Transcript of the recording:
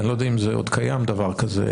אני לא יודע אם עוד קיים דבר כזה,